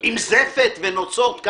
עם זפת ונוצות?